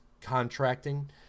contracting